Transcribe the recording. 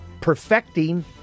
perfecting